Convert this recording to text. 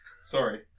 Sorry